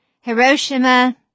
Hiroshima